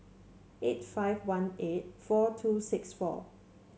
eight five one eight four two six four